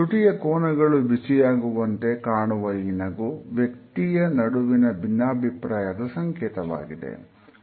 ತುಟಿಯ ಕೋನಗಳು ಬಿಸಿಯಾಗುವಂತೆ ಕಾಣುವ ಈ ನಗು ವ್ಯಕ್ತಿಯ ನಡುವಿನ ಭಿನ್ನಾಭಿಪ್ರಾಯದ ಸಂಕೇತವಾಗಿದೆ